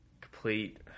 complete